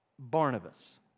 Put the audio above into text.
Barnabas